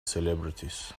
celebrities